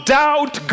doubt